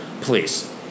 Please